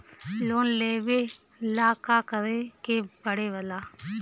Loan लेबे ला का करे के पड़े ला?